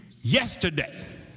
yesterday